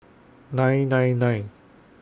nine nine nine